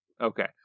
okay